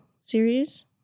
series